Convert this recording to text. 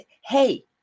hey